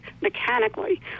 mechanically